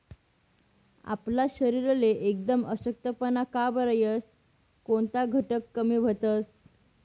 आपला शरीरले एकदम अशक्तपणा का बरं येस? कोनता घटक कमी व्हतंस?